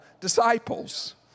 disciples